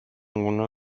ninguna